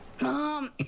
Mom